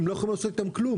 הם לא יכולים לעשות אתם כלום.